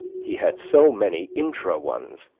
he had so many intra ones.